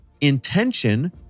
intention